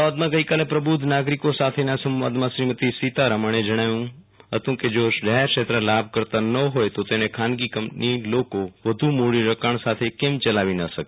અમદાવાદમાં ગઈકાલે પ્રબુદ્ધ નાગરિકો સાથેના સંવાદમાં શ્રીમતી સીતારમણે જણાવ્યું હતું કે જો જાહેરક્ષેત્ર લાભકર્તા ન હોય તો તેને ખાનગી કંપન્રી લોકો વધુ મૂ ડીરીકાણ સાથે કેમ યલાવી ન શકે